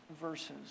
verses